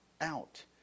out